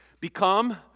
become